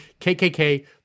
KKK